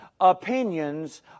opinions